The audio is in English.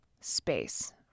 space